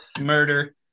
Murder